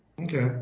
Okay